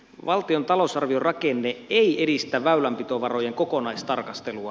valtion talousarvion rakenne ei edistä väylänpitovarojen kokonaistarkastelua